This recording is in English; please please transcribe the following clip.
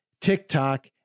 TikTok